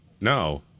No